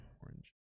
orange